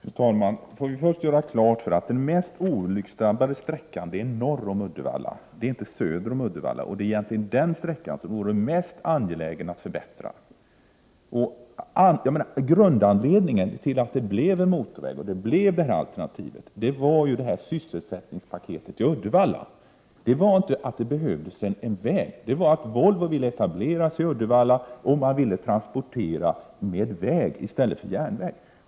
Fru talman! Låt oss först göra klart att den mest olycksdrabbade sträckan är den norr om Uddevalla — inte den söder om Uddevalla. Det är sträckan norr om Uddevalla som det egentligen vore mest angeläget att förbättra. Grundanledningen till att det blev en motorväg och det här alternativet var ju sysselsättningspaketet i Uddevalla. Grundanledningen var inte att det behövdes en väg utan att Volvo ville etablera sig i Uddevalla och att Volvo ville transportera på väg i stället för på järnväg.